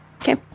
Okay